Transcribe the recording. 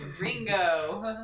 Ringo